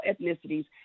ethnicities